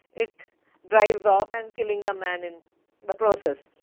it drives off and killing the man in the processes.